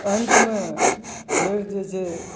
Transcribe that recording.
अन्तमे फेर जे छै